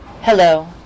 Hello